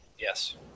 yes